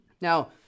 Now